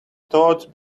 thoughts